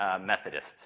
Methodist